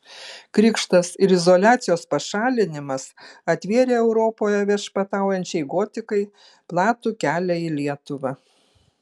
krikštas ir izoliacijos pašalinimas atvėrė europoje viešpataujančiai gotikai platų kelią į lietuvą